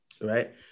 right